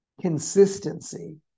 consistency